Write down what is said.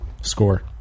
score